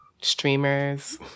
Streamers